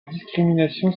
discrimination